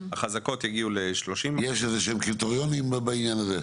יש קריטריונים בעניין הזה?